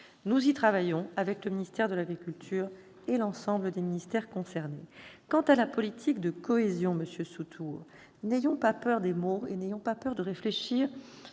Nous y travaillons avec le ministère de l'agriculture et l'ensemble des ministères concernés. Concernant la politique de cohésion, monsieur Sutour, n'ayons pas peur des mots, ni de réfléchir